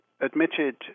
admitted